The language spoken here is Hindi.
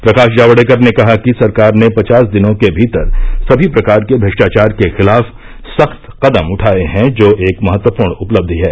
प्रकाश जावड़ेकर ने कहा कि सरकार ने पचास दिनों के भीतर सभी प्रकार के भ्रष्टाचार के खिलाफ सख्त कदम उठाये हैं जो एक महत्वपूर्ण उपलब्धि है